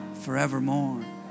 forevermore